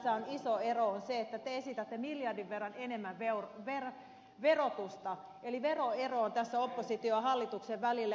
se missä tässä on iso ero on se että te esitätte miljardin verran enemmän verotusta eli veroero on tässä opposition ja hallituksen välillä